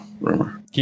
Rumor